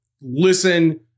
listen